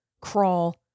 crawl